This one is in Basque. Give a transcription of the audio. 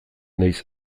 naiz